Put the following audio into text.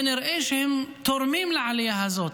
תורמות לעלייה הזאת.